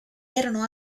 erano